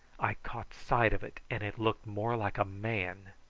i caught sight of it, and it looked more like a man.